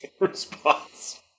Response